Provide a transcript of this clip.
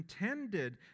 intended